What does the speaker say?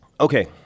okay